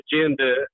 agenda